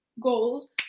goals